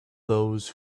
those